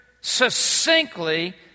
succinctly